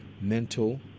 mental